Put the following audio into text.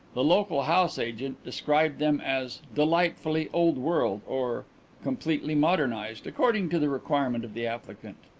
the local house agent described them as delightfully old-world or completely modernized according to the requirement of the applicant.